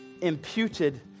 imputed